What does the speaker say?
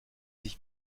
sich